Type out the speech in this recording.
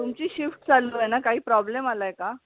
तुमची शिफ्ट चालू आहे ना काही प्रॉब्लेम आला आहे का